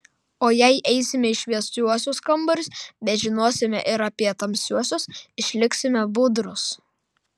o jei eisime į šviesiuosius kambarius bet žinosime ir apie tamsiuosius išliksime budrūs